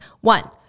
One